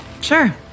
Sure